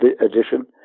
edition